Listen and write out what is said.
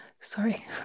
Sorry